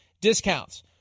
discounts